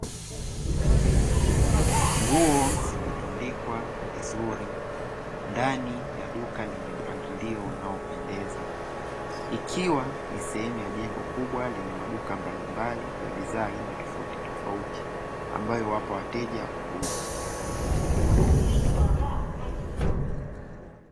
Nguo zimetundikwa vizuri ndani ya duka linalopendeza, ikiwa ni sehemu ya jengo kubwa lenye maduka mbalimbali ya bidhaa aina tofautitofauti, ambayo huwapa wateja uhuru.